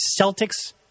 Celtics